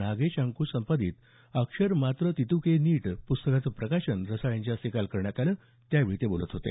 नागेश अंकूश संपादित अक्षरमात्र तित्कें नीट प्स्तकाचं प्रकाशन रसाळ यांच्या हस्ते काल करण्यात आलं त्यावेळी ते बोलत होते